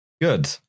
Good